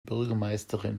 bürgermeisterin